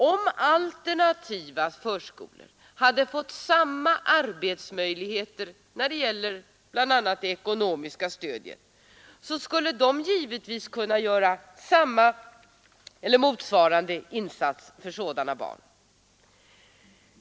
Om alternativa förskolor hade fått samma möjligheter, bl.a. när det gäller det ekonomiska stödet, skulle de givetvis ha kunnat göra motsvarande insats för sådana barn.